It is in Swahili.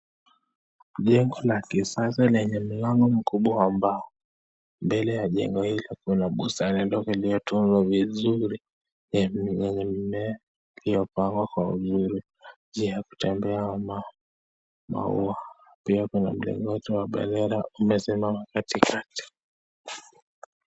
Jengo la kisasa lenye mlango mkubwa ambao mbele ya jengo hilo kuna bustani ndogo iliyotunzwa vizuri yenye mimea iliyopangwa kwa uzuri, njia ya kutembea ama maua. Pia kuna mlingoti wa bendera umesimama katikati.